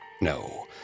No